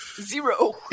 Zero